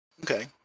Okay